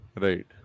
Right